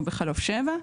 או בחלוף שבע,